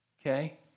okay